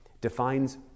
defines